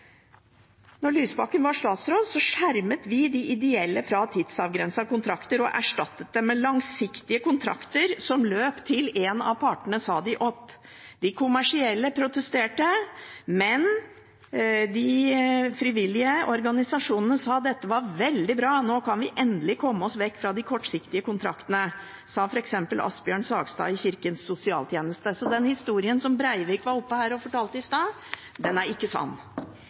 en av partene sa dem opp. De kommersielle protesterte, men de frivillige organisasjonene sa at dette var veldig bra. – Nå kan vi endelig komme oss bort fra de kortsiktige kontraktene, sa f.eks. Asbjørn Sagstad i Kirkens Sosialtjeneste. Så den historien som representanten Breivik fortalte her i stad, er ikke sann.